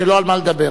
אין על מה לדבר,